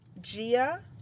Gia